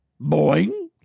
Boing